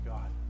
God